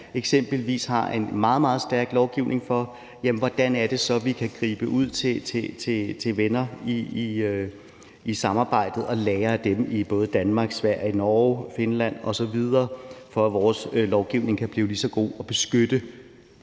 eksempelvis har en meget, meget stærk lovgivning for. Hvordan er det så, vi kan gribe ud til venner i samarbejdet og lære af dem i både Danmark, Sverige, Norge, Finland osv., for at vores lovgivning kan blive lige så god og beskytte